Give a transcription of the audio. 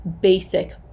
basic